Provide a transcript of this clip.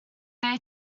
they